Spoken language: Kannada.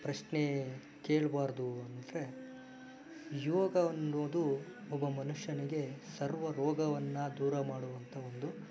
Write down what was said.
ಪ್ರಶ್ನೆ ಕೇಳ್ಬಾರ್ದು ಅಂತಲೇ ಯೋಗವೆಂಬುದು ಒಬ್ಬ ಮನುಷ್ಯನಿಗೆ ಸರ್ವ ರೋಗವನ್ನು ದೂರಮಾಡುವಂಥ ಒಂದು